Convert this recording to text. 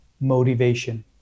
motivation